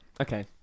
Okay